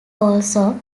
also